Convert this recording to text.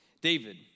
David